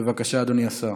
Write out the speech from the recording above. בבקשה, אדוני השר.